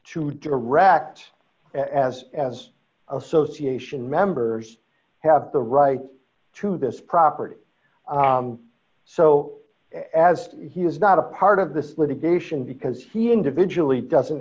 to direct as association members d have the right to this property so as he is not a part of this litigation because he individually doesn't